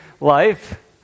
life